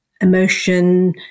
emotion